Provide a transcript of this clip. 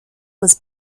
was